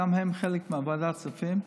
גם הם חלק מוועדת הכספים,